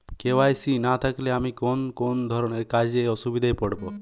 KYC না থাকলে আমি কোন কোন ধরনের কাজে অসুবিধায় পড়ব?